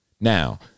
Now